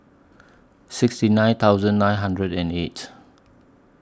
sixty nine thousand nine hundred and eight